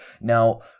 Now